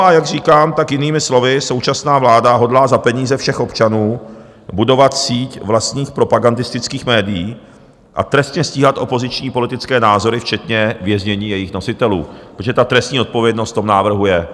A jak říkám, jinými slovy, současná vláda hodlá za peníze všech občanů budovat síť vlastních propagandistických médií a trestně stíhat opoziční politické názory včetně věznění jejich nositelů, protože trestní odpovědnost v tom návrhu je.